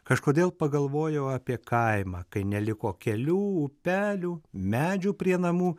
kažkodėl pagalvojau apie kaimą kai neliko kelių upelių medžių prie namų